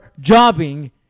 jobbing